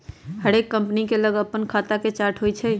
हरेक कंपनी के लग अप्पन खता के चार्ट होइ छइ